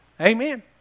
Amen